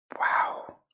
Wow